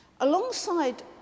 Alongside